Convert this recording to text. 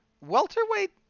Welterweight